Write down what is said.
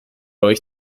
euch